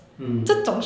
mm